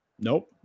Nope